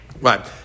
Right